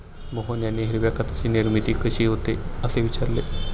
मोहन यांनी हिरव्या खताची निर्मिती कशी होते, असे विचारले